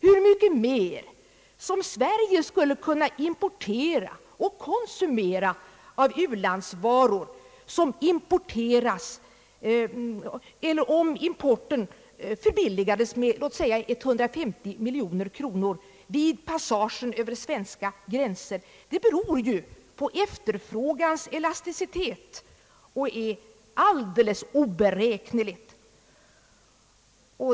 Hur mycket mer som Sverige skulle kunna importera och konsumera av u-landsvaror, om importen förbilligades med låt oss säga 150 miljoner kronor vid passagen över svenska gränser, beror ju på efterfrågans elas ticitet och är alldeles oberäkneligt.